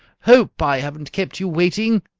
hope i haven't kept you waiting,